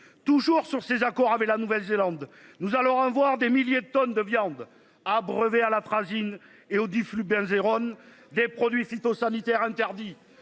Toujours sur ses accords avec la Nouvelle-Zélande. Nous allons avoir des milliers de tonnes de viande brevet à l'atrazine et 10 Flubber Vérone des produits phytosanitaires interdits